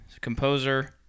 Composer